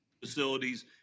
facilities